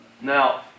Now